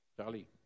Charlie